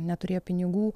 neturėjo pinigų